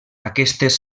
aquestes